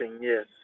yes